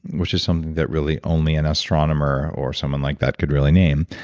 which is something that really only an astronomer, or someone like that, could really name.